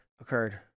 occurred